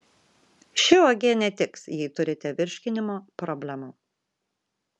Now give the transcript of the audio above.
ši uogienė tiks jei turite virškinimo problemų